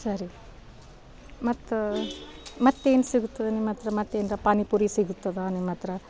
ಸರಿ ಮತ್ತೆ ಮತ್ತೆ ಏನು ಸಿಗ್ತದೆ ನಿಮ್ಮ ಹತ್ರ ಮತ್ತೆ ಏನ್ರಿ ಪಾನಿಪುರಿ ಸಿಗ್ತದಾ ನಿಮ್ಮ ಹತ್ರ